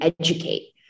educate